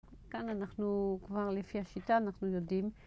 כאן אנחנו... כבר לפי השיטה אנחנו יודעים